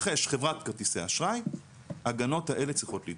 ברגע שגוף מוסדי רוכש חברת כרטיסי אשראי ההגנות האלה צריכות להיבדק.